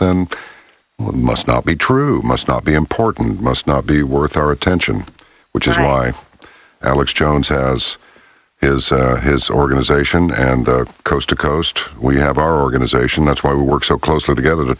then must not be true must not be important must not be worth our attention which is why alex jones has is his organization and coast to coast we have our organization that's why we work so closely together to